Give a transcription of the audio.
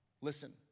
listen